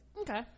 Okay